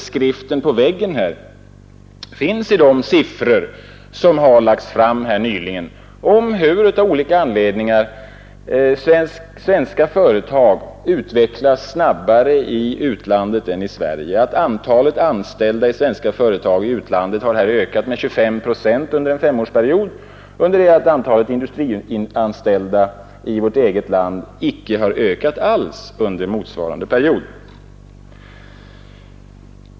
Skriften på väggen finns i de siffror som nyligen lagts fram och som visar att svenska företag av olika anledningar utvecklas snabbare i utlandet än i Sverige. Antalet anställda i svenska företag i utlandet har under en femårsperiod ökat med 25 procent, under det att antalet industrianställda i vårt eget land icke har ökat alls under motsvarande period.